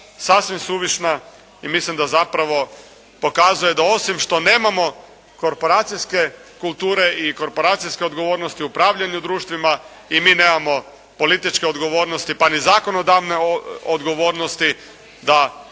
sasvim suvišna i mislim da zapravo pokazuje da osim što nemamo korporacijske kulture i korporacijske odgovornosti u upravljanju društvima i mi nemamo političke odgovornosti pa ni zakonodavne odgovornosti da